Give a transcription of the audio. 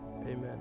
amen